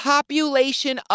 Population